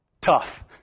Tough